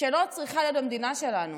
שלא צריכה להיות במדינה שלנו,